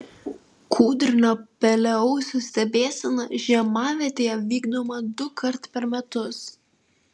kūdrinio pelėausio stebėsena žiemavietėje vykdoma dukart per metus